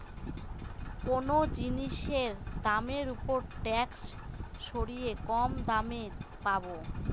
কোনো জিনিসের দামের ওপর ট্যাক্স সরিয়ে কম দামে পাবো